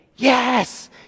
Yes